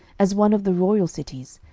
as one of the royal cities,